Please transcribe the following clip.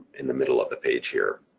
in the middle of the page here.